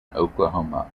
oklahoma